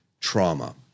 trauma